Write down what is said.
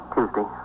Tuesday